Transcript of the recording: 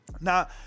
Now